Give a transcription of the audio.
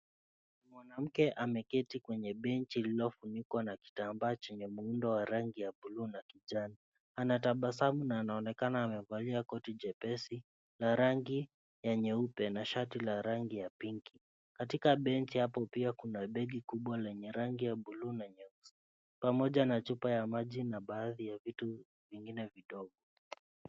Mwanamke ameketi kwenye benchi lililofunikwa na kitambaa chenye muundo wa rangi ya bluu na kijani. Anatabasamu na anaonekana amevalia koti jepesi la rangi ya nyeupe na shati la rangi ya pinki. Katika benchi hapo pia kuna begi kubwa lenye rangi ya buluu na nyeusi pamoja na chupa ya maji na baadhi ya vitu vingine vidogo.